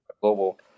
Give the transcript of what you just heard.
Global